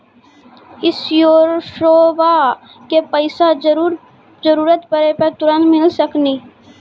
इंश्योरेंसबा के पैसा जरूरत पड़े पे तुरंत मिल सकनी?